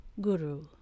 Guru